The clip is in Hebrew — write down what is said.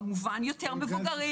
כמובן יותר מבוגרים.